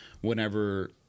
whenever